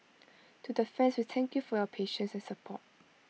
to the fans we thank you for your patience and support